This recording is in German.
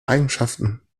eigenschaften